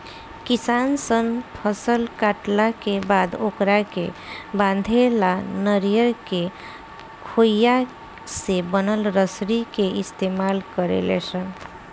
किसान सन फसल काटला के बाद ओकरा के बांधे ला नरियर के खोइया से बनल रसरी के इस्तमाल करेले सन